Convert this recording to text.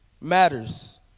matters